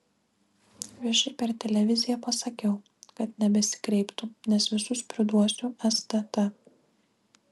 viešai per televiziją pasakiau kad nebesikreiptų nes visus priduosiu stt